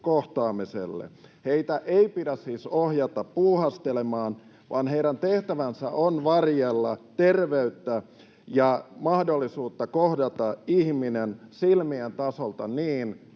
Heitä ei pidä siis ohjata puuhastelemaan, vaan heidän tehtävänsä on varjella terveyttä ja mahdollisuutta kohdata ihminen silmien tasolta niin, että